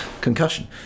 concussion